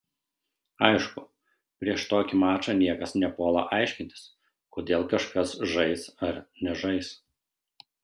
aišku prieš tokį mačą niekas nepuola aiškintis kodėl kažkas žais ar nežais